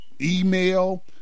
email